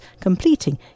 completing